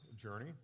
Journey